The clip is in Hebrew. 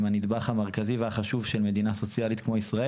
הנדבך המרכזי והחשוב של מדינה סוציאלית כמו ישראל.